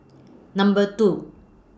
Number two